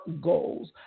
goals